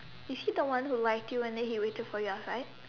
is he the one who liked you and then he waited for you outside